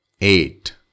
eight